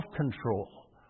self-control